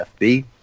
FB